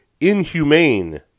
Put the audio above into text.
inhumane